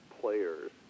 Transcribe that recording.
players